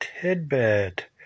Tidbit